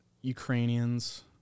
Ukrainians